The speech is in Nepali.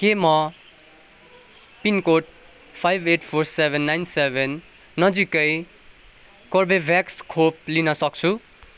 के म pin code five eight four seven nine seven नजिकै कोर्बेभेक्स खोप लिन सक्छु